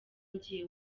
nagiye